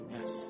Yes